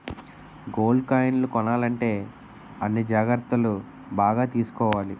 gold కాయిన్లు కొనాలంటే అన్ని జాగ్రత్తలు బాగా తీసుకోవాలి